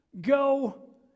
Go